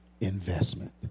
investment